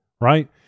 right